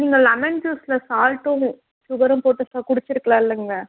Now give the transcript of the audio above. நீங்கள் லெமன் ஜூஸில் சால்ட்டும் சுகரும் போட்டு குடிச்சிருக்கலாமில்லங்க